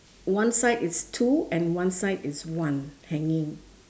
one side is two and one side is one hanging